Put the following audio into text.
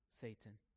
Satan